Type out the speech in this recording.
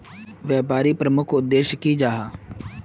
व्यापारी प्रमुख उद्देश्य की जाहा?